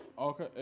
Okay